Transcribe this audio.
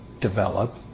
develop